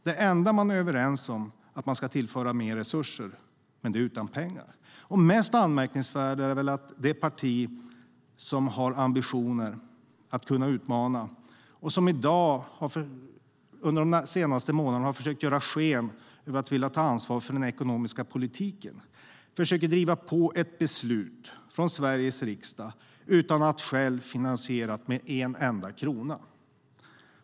Det enda man är överens om är att tillföra mer resurser, men det utan pengar. Det mest anmärkningsvärda är väl att det parti som har ambitioner att kunna utmana och som under de senaste månaderna har gjort sken av att vilja ta ansvar för den ekonomiska politiken försöker driva på ett beslut från Sveriges riksdag utan att själva ha finansierat det med en enda krona.